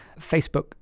Facebook